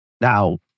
Now